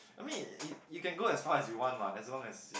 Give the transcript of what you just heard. I mean you you can go as far as you want what as long as you